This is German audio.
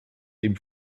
dem